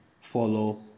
follow